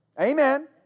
Amen